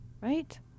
right